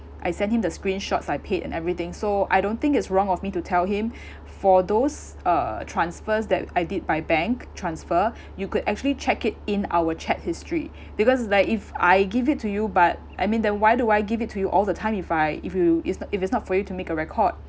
I sent him the screenshots I paid and everything so I don't think it's wrong of me to tell him for those uh transfers that I did by bank transfer you could actually check it in our chat history because like if I give it to you but I mean then why do I give it to you all the time if I if you it's if it's not for you to make a record